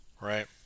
Right